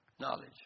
Knowledge